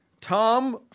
Tom